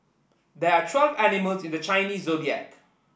there are twelve animals in the Chinese Zodiac